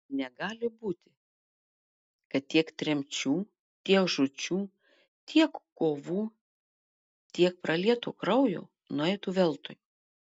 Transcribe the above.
negali būti kad tiek tremčių tiek žūčių tiek kovų tiek pralieto kraujo nueitų veltui